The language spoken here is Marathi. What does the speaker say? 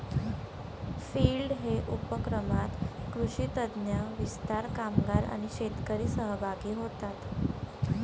फील्ड डे उपक्रमात कृषी तज्ञ, विस्तार कामगार आणि शेतकरी सहभागी होतात